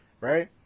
Right